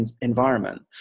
environment